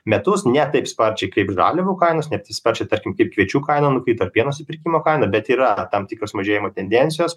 metus ne taip sparčiai kaip žaliavų kainos ne taip sparčiai tarkim kaip kviečių kaina nukito ar pieno supirkimo kaina bet yra tam tikros mažėjimo tendencijos